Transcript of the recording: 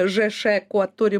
ž š kuo turi